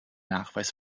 nachweis